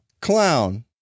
Clown